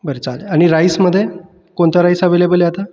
बरं चालेल आणि राइसमध्ये कोणता राइस अवेलेबल आहे आता